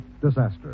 disaster